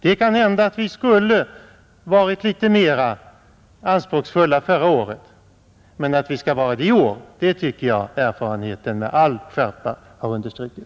Det kan hända att vi skulle ha varit litet mer anspråksfulla förra året. Men att vi måste vara det i år tycker jag att erfarenheten med all skärpa har understrukit.